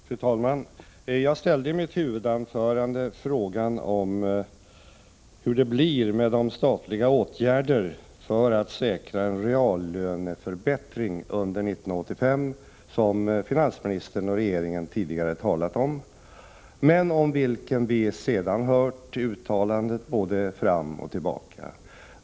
Fru talman! Jag ställde i mitt huvudanförande frågan hur det blir med de statliga åtgärder för att säkra en reallöneförbättring under 1985 som finansministern och regeringen tidigare har talat om men om vilka vi sedan har hört uttalanden både fram och tillbaka.